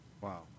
Wow